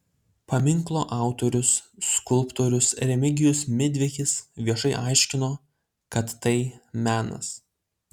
paminklo autorius skulptorius remigijus midvikis viešai aiškino kad tai menas